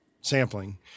sampling